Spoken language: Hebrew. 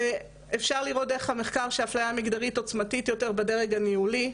אפשר לראות דרך המחקר שאפליה מגדרית עוצמתית יותר בדרג הניהולי.